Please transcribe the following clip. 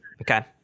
Okay